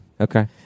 Okay